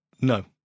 no